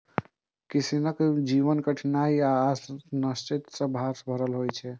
किसानक जीवन कठिनाइ आ अनिश्चितता सं भरल होइ छै